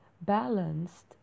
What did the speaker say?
balanced